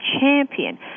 champion